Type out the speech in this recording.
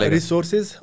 Resources